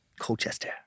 Colchester